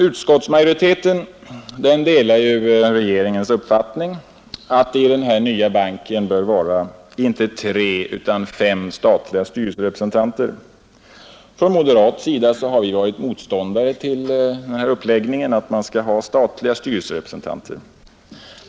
Utskottsmajoriteten delar regeringens uppfattning att det i den nya banken bör vara inte tre utan fem statliga styrelserepresentanter. Från moderat sida har vi varit motståndare mot den här uppläggningen med statliga styrelserepresentanter.